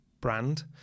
brand